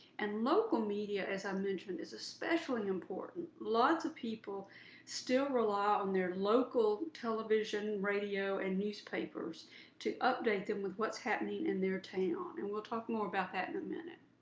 and local media, as i mentioned, is especially important. lots of people still rely on their local television, radio, and newspapers to update them with what's happening in their town, and we'll talk more about that in a minute.